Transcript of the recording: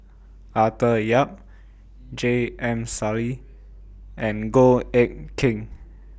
Arthur Yap J M Sali and Goh Eck Kheng